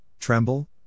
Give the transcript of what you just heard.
tremble